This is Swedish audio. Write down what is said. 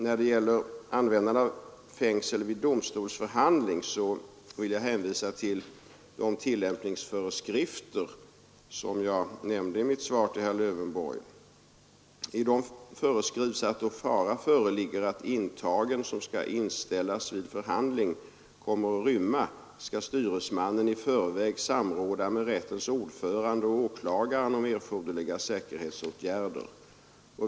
När det gäller användande av fängsel vid domstolsförhandling vill jag hänvisa till de tillämpningsföreskrifter som jag nämnde i mitt svar till herr Lövenborg. I dessa föreskrivs att då fara föreligger att intagen som skall inställas vid förhandling kommer att rymma skall styresmannen i förväg samråda med rättens ordförande och åklagaren om erforderliga säkerhetsåtgärder.